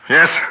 Yes